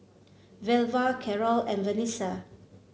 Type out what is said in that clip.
Velva Carole and Vanessa